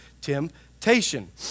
temptation